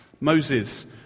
Moses